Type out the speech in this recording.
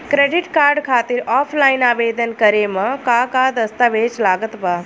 Credit card खातिर offline आवेदन करे म का का दस्तवेज लागत बा?